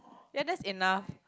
eh that's enough